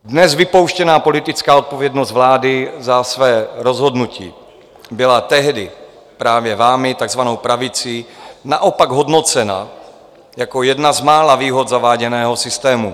Dnes vypouštěná politická odpovědnost vlády za své rozhodnutí byla tehdy právě vámi, takzvanou pravicí, naopak hodnocena jako jedna z mála výhod zaváděného systému.